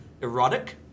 erotic